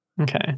Okay